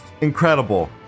incredible